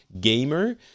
gamer